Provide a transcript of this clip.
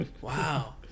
wow